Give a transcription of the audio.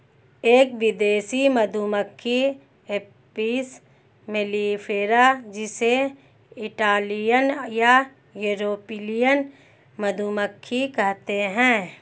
एक विदेशी मधुमक्खी एपिस मेलिफेरा जिसे इटालियन या यूरोपियन मधुमक्खी कहते है